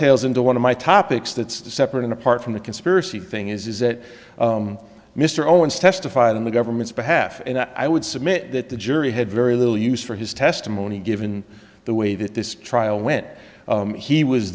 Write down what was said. tails into one of my topics that's separate and apart from the conspiracy thing is that mr owens testified in the government's behalf and i would submit that the jury had very little use for his testimony given the way that this trial went he was